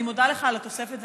אני מודה לך על התוספת,